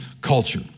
culture